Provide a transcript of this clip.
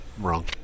Wrong